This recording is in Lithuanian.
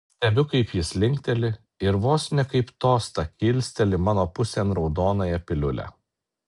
stebiu kaip jis linkteli ir vos ne kaip tostą kilsteli mano pusėn raudonąją piliulę